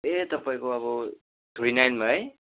ए तपाईँको अब छोरी नाइनमा है